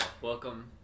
Welcome